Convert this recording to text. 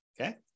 Okay